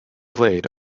played